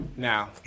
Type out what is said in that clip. Now